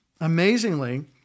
Amazingly